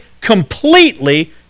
completely